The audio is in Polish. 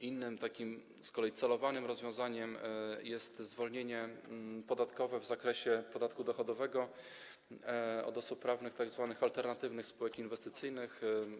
Innym takim, z kolei celowanym, rozwiązaniem jest zwolnienie podatkowe w zakresie podatku dochodowego od osób prawnych tzw. alternatywnych spółek inwestycyjnych.